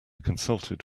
consulted